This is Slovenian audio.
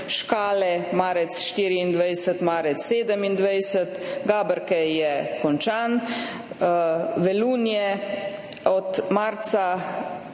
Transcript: Škale marec 2024–marec 2027, Gaberke je končan, Velunje od marca